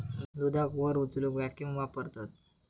दुधाक वर उचलूक वॅक्यूम वापरतत